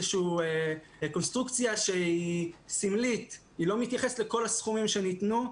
קונסטרוקציה שהיא סמלית ולא מתייחסת לכל הסכומים שניתנו.